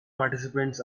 participants